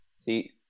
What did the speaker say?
See